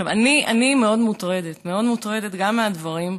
אני מאוד מוטרדת, מאוד מוטרדת גם מהדברים,